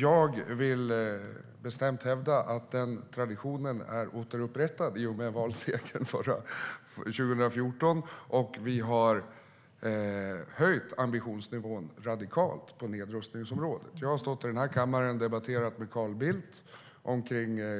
Jag vill bestämt hävda att den traditionen är återupprättad i och med valsegern 2014. Vi har höjt ambitionsnivån på nedrustningsområdet rejält. Jag har stått i den här kammaren och debatterat med Carl Bildt om